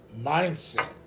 mindset